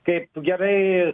kaip gerai